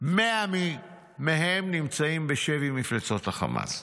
100 מהם, נמצאים בשבי מפלצות החמאס.